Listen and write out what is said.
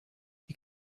you